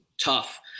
tough